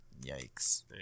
Yikes